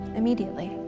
immediately